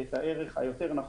את הערך היותר נכון